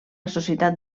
societat